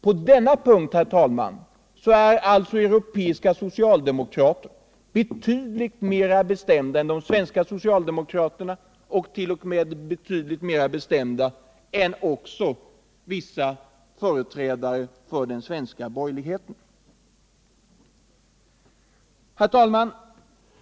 På denna punkt, herr talman, är alltså europeiska socialdemokrater betydligt mera bestämda än de svenska socialdemokraterna och t.o.m. betydligt mera bestämda än också vissa företrädare för den svenska borgerligheten. Herr talman!